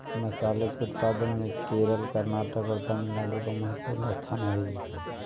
मसाले के उत्पादन में केरल कर्नाटक और तमिलनाडु का महत्वपूर्ण स्थान हई